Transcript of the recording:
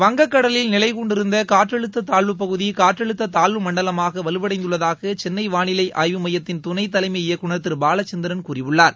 வங்கக்கடலில் நிலை கொண்டிருந்த காற்றழுத்த தாழ்வுப்பகுதி காற்றழுத்த தாழ்வு மண்டலமாக வலுவடைந்துள்ளதாக சென்னை வாளிலை ஆய்வு மையத்தின் துணை தலைமை இயக்குனர் திரு பாலச்சந்திரன் கூறியுள்ளார்